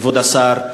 כבוד השר,